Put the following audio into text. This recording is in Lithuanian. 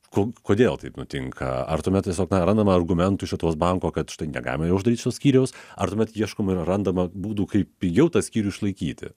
ko kodėl taip nutinka ar tuomet tiesiog na randama argumentų iš lietuvos banko kad štai negalima jo uždaryt šito skyriaus ar tuomet ieškoma ir randama būdų kaip pigiau tą skyrių išlaikyti